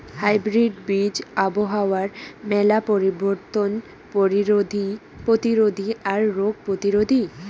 hybrid বীজ আবহাওয়ার মেলা পরিবর্তন প্রতিরোধী আর রোগ প্রতিরোধী